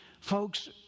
folks